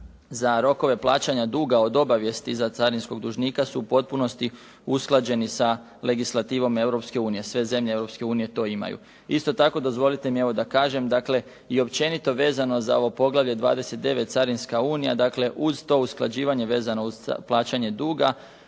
za rokove plaćanja duga od obavijesti za carinskog dužnika su u potpunosti usklađeni sa legislativom Europske unije, sve zemlje Europske unije to imaju. Isto tako, dozvolite mi evo, da kažem dakle i općenito vezano za ovo Poglavlje 29 – Carinska unija. Dakle, uz to usklađivanje vezano uz plaćanje duga,